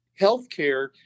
healthcare